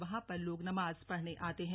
वहां पर लोग नमाज पढ़ने आते हैं